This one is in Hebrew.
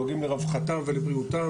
דואגים לרווחתם ולבריאותם,